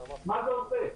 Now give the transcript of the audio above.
מה זה עושה?